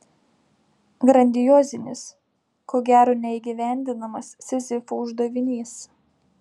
grandiozinis ko gero neįgyvendinamas sizifo uždavinys